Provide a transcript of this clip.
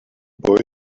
boy